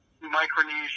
Micronesia